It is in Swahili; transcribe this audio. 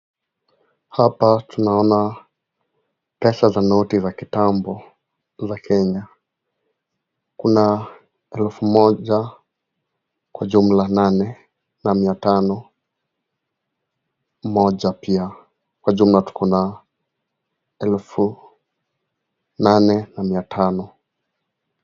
Hapa tunaona pesa za noto ya kitambo ya Kenya. Kuna elfu moja kwa jumla nane na mia tano moja pia. Kwa jumla tuna elfu nane na mia tano.